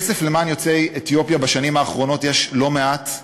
כסף למען יוצאי אתיופיה בשנים האחרונות יש לא מעט,